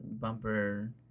bumper